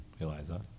Eliza